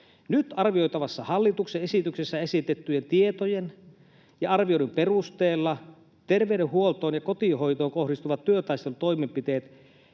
Nyt arvioitavassa hallituksen esityksessä esitettyjen tietojen ja arvioiden perusteella terveydenhuoltoon ja kotihoitoon kohdistuvat työtaistelutoimenpiteet